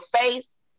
face